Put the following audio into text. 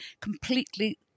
completely